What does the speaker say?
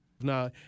Now